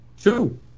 Two